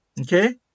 Okay